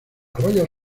royal